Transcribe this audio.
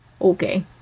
Okay